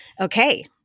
Okay